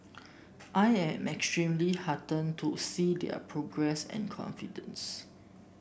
I am extremely heartened to see their progress and confidence